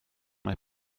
mae